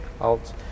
out